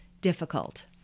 difficult